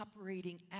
operating